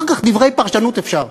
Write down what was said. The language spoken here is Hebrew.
אחר כך דברי פרשנות אפשר.